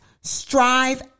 strive